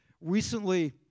recently